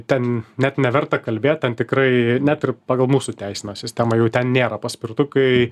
ten net neverta kalbėt ten tikrai net ir pagal mūsų teisinę sistemą jau ten nėra paspirtukai